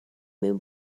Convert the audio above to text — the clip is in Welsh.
mewn